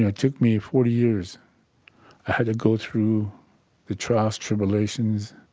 and took me forty years. i had to go through the trials, tribulations,